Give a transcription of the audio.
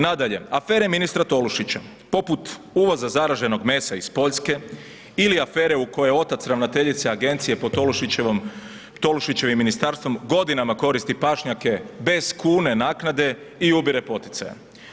Nadalje, afere ministra Tolušića poput uvoza zaraženog mesa iz Poljske ili afere u kojoj je otac ravnateljice agencije po Tolušićevim ministarstvom godinama koristi pašnjake bez kune naknade i ubire poticaje.